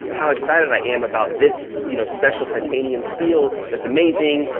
how excited i am about this, you know, special titanium steel, that's amazing,